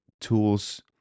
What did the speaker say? tools